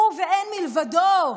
הוא ואין מלבדו,